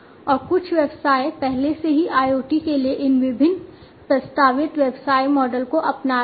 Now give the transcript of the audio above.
और कुछ व्यवसाय पहले से ही IoT के लिए इन विभिन्न प्रस्तावित व्यवसाय मॉडल को अपना रहे हैं